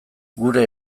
geure